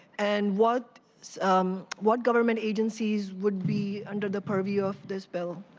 and what so um what government agencies would be under the purview of this bill.